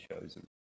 chosen